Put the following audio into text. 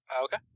Okay